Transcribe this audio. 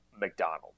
McDonald